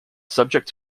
subject